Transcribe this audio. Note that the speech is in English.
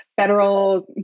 federal